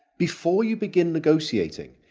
before you begin negotiating,